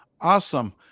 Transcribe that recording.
Awesome